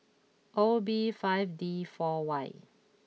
O B five D four Y